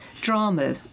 drama